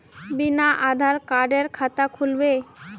बिना आधार कार्डेर खाता खुल बे?